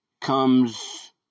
comes